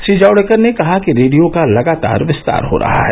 श्री जावेडकर ने कहा कि रेडियो का लगातार विस्तार हो रहा है